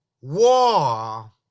war